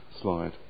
slide